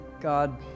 God